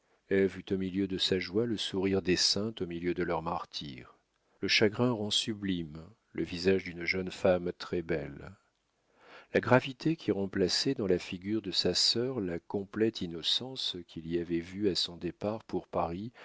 au milieu de sa joie le sourire des saintes au milieu de leur martyre le chagrin rend sublime le visage d'une jeune femme très-belle la gravité qui remplaçait dans la figure de sa sœur la complète innocence qu'il y avait vue à son départ pour paris